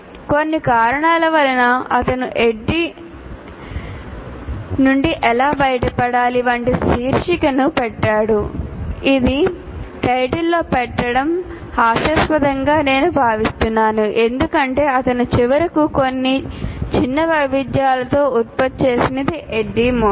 కొన్ని కారణాల వలన అతను ADDIE నుండి ఎలా బయటపడాలి వంటి శీర్షికను పెట్టాడు ఇది టైటిల్లో పెట్టడం హాస్యాస్పదంగా నేను భావిస్తున్నాను ఎందుకంటే అతను చివరకు కొన్ని చిన్న వైవిధ్యాలతో ఉత్పత్తి చేసినది ADDIE మోడల్